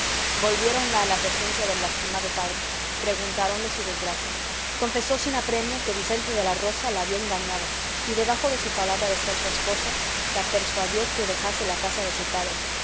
volviéronla a la presencia del lastimado padre preguntáronle su desgracia confesó sin apremio que vicente de la roca la había engañado y debajo de su palabra de ser su esposo la persuadió que dejase la casa de su padre